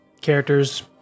characters